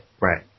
right